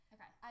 Okay